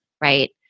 right